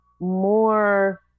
more